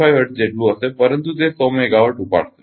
5 hertz જેટલું રહેશે પરંતુ તે 100 મેગાવાટ ઉપાડશે